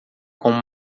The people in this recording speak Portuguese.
com